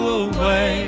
away